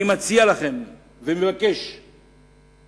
אני מציע לכם ומבקש מהממשלה: